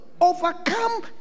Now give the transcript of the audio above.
Overcome